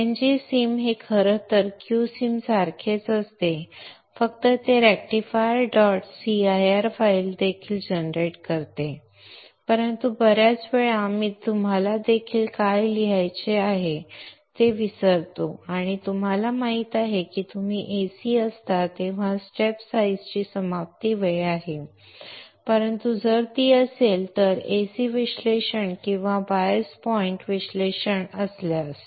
ngSim हे खरं तर q sim सारखेच असते फक्त ते rectifier dot cir फाईल देखील जनरेट करते परंतु बर्याच वेळा आपण तुम्हाला काय लिहायचे आहे ते विसरतो किंवा तुम्हाला माहित आहे की तुम्ही ac असता तेव्हा स्टेप साइजची समाप्ती वेळ आहे परंतु जर ती असेल तर एसी विश्लेषण किंवा ते बायस पॉइंट विश्लेषण असल्यास